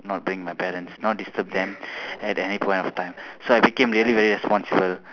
not bringing my parents not disturb them at any point of time so I became really very responsible